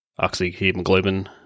oxyhemoglobin